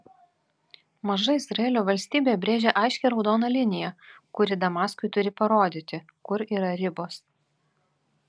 maža izraelio valstybė brėžia aiškią raudoną liniją kuri damaskui turi parodyti kur yra ribos